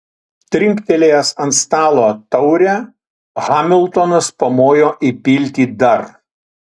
trinktelėjęs ant stalo taurę hamiltonas pamojo įpilti dar